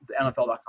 NFL.com